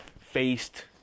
faced